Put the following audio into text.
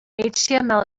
html